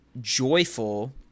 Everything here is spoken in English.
joyful